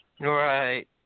Right